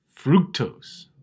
Fructose